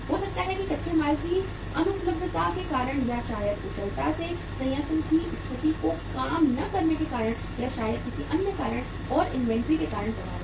हो सकता है कि कच्चे माल की अनुपलब्धता के कारण या शायद कुशलता से संयंत्र की स्थिति को काम न करने के कारण या शायद किसी अन्य कारण और इन्वेंट्री के कारण प्रभावित हो